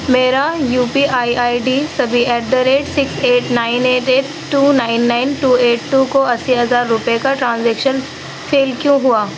میرا U P I I D at the rate six eight nine eight eight two nine nine two eight two کو اسی ہزار روپے کا transaction fail کیوں ہوا